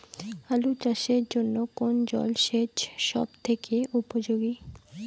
আলু চাষের জন্য কোন জল সেচ সব থেকে উপযোগী?